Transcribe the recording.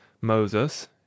Moses